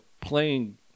playing